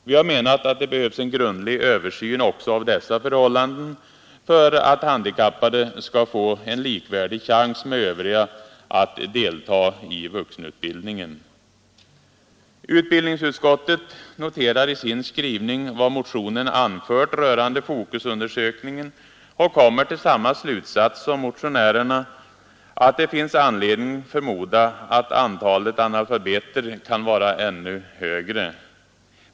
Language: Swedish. Vi har menat att det behövs en grundlig översyn också av dessa förhållanden för att handikappade skall få en med övriga likvärdig chans att delta i vuxenutbildningen. Utbildningsutskottet noterar i sin skrivning vad motionen anfört rörande den undersökning som gjorts av Focus och kommer till samma slutsats som motionärerna, att det finns anledning förmoda att antalet analfabeter kan vara ännu större.